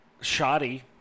shoddy